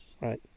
Right